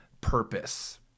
purpose